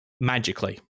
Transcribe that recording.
magically